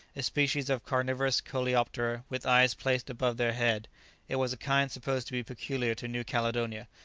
a species of carnivorous coleoptera with eyes placed above their head it was a kind supposed to be peculiar to new caledonia.